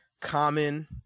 common